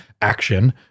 action